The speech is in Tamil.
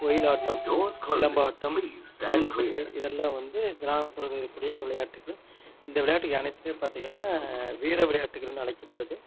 ஒயிலாட்டம் சிலம்பாட்டம் ஜல்லிக்கட்டு இதெல்லாம் வந்து கிராமப்புறத்தில் இருக்கக்கூடிய விளையாட்டுக்கள் இந்த விளையாட்டுகள் அனைத்துமே பாத்திகன்னா வீர விளையாட்டுகள்ன்னு அழைக்கப்படுது